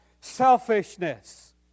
selfishness